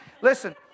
Listen